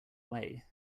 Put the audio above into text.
way